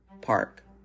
park